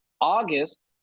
August